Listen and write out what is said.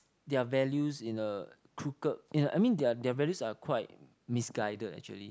their values in a crooked in a I mean their their values are quite misguided actually